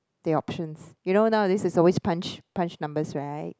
the options you know now this is always punch punch numbers right